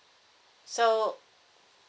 so